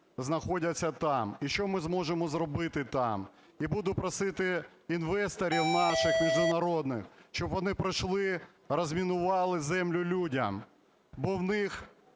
знаходяться там, і що ми зможемо зробити там, і буду просити інвесторів наших міжнародних, щоб вони прийшли розмінували землю людям, бо в них